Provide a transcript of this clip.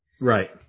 Right